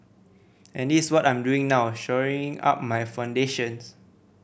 and this what I'm doing now shoring up my foundations